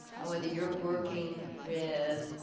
whether you're working with